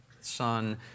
son